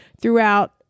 throughout